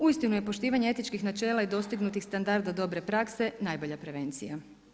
Uistinu je poštivanje etičkih načela i dostignutih standarda dobre prakse najbolja prevencija.